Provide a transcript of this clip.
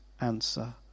answer